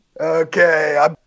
okay